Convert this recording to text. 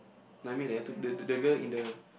like me like I took the the girl in the